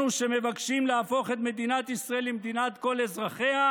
שמבקשים להפוך את מדינת ישראל למדינת כל אזרחיה,